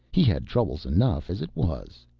he had troubles enough as it was.